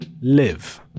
Live